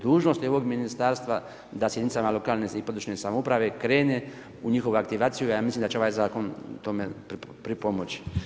Dužnost je ovog ministarstva da sa jedinicama lokalne i područne samouprave krene u njihovu aktivaciju, ja mislim da će ovaj zakon tome pripomoći.